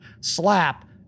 slap